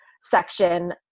section